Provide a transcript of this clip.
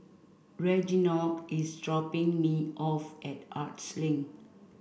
Reginald is dropping me off at Arts Link